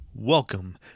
Welcome